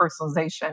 personalization